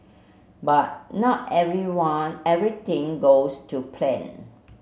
but not everyone everything goes to plan